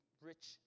rich